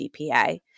GPA